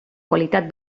qualitat